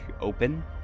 open